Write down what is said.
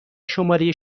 شماره